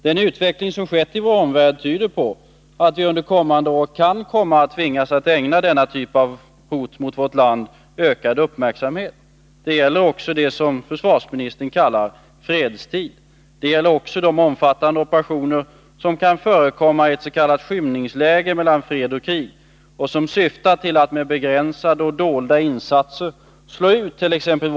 Den utveckling som skett i vår omvärld tyder på att vi under kommande år kan komma att tvingas ägna den här typen av hot mot vårt land ökad uppmärksamhet. Det gäller också det som försvarsministern kallar fredstid, och det gäller också de omfattande operationer som kan förekomma i ett ss.k. skymningsläge mellan fred och krig och som syftar till att med begränsade och dolda insatser slå utt.ex.